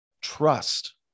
trust